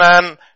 man